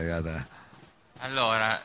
allora